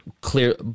clear